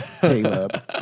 Caleb